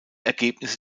ergebnisse